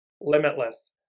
limitless